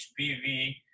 HPV